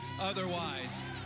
otherwise